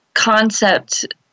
concept